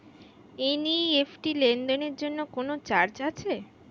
NEFT লেনদেনের জন্য কোন চার্জ আছে?